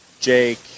Jake